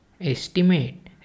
estimate